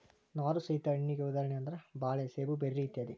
ನಾರು ಸಹಿತ ಹಣ್ಣಿಗೆ ಉದಾಹರಣೆ ಅಂದ್ರ ಬಾಳೆ ಸೇಬು ಬೆರ್ರಿ ಇತ್ಯಾದಿ